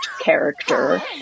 character